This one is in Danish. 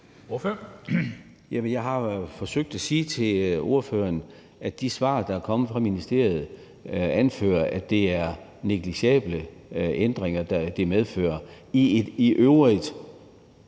jeg har forsøgt at sige til ordføreren, at de svar, der er kommet fra ministeriet, anfører, at det er neglicerbare ændringer, det medfører – i